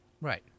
Right